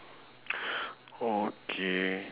okay